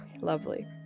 Lovely